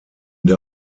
der